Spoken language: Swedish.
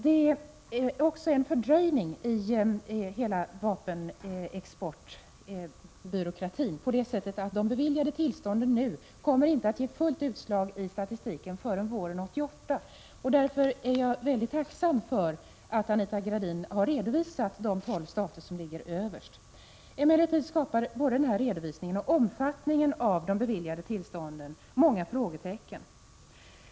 Det har också skett en fördröjning i hela vapenexportbyråkratin på det sättet att de beviljade tillstånden nu inte kommer att ge fullt utslag i statistiken förrän våren 1988. Därför är jag väldigt tacksam för att Anita Gradin har redovisat de tolv stater som ligger överst på listan över beviljade utförseltillstånd för vapenexport. Emellertid reser både den här redovisningen och omfattningen av de beviljade tillstånden många frågetecken.